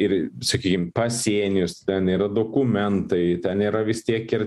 ir sakykim pasienius ten yra dokumentai ten yra vis tiek ir